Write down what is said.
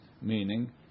meaning